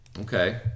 Okay